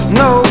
no